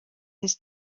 his